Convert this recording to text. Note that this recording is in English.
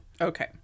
Okay